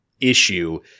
issue